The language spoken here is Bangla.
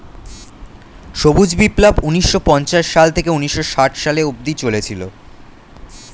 সবুজ বিপ্লব ঊন্নিশো পঞ্চাশ সাল থেকে ঊন্নিশো ষাট সালে অব্দি চলেছিল